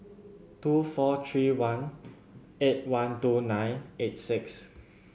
two four three one eight one two nine eight six